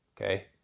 okay